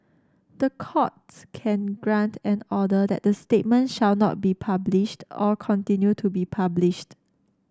the court can grant an order that the statement shall not be published or continue to be published